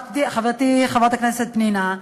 חברתי חברת הכנסת פנינה,